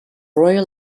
royal